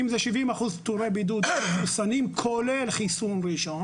אם זה 70% מחוסנים, כולל חיסון ראשון